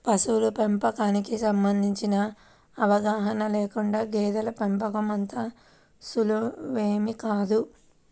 పశువుల పెంపకానికి సంబంధించిన అవగాహన లేకుండా గేదెల పెంపకం అంత సులువేమీ కాదు